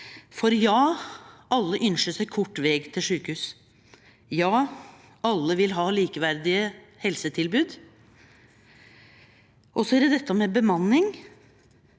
For ja, alle ynskjer kort veg til sjukehus, og ja, alle vil ha likeverdige helsetilbod. Så er det dette med bemanning